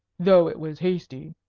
though it was hasty.